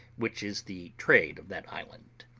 which is the trade of that island.